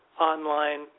online